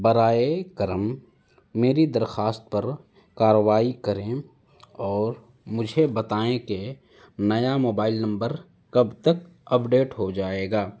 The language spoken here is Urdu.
براہ کرم میری درخواست پر کارروائی کریں اور مجھے بتائیں کہ نیا موبائل نمبر کب تک اپڈیٹ ہو جائے گا